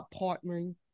partnering